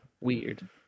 weird